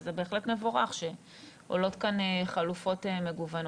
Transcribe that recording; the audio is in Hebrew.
וזה בהחלט מבורך שעולות כאן חלופות מגוונות.